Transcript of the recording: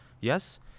yes